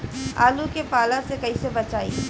आलु के पाला से कईसे बचाईब?